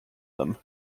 them